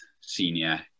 senior